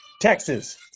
Texas